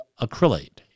acrylate